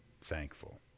thankful